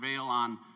on